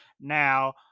now